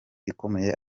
ikomeye